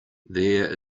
there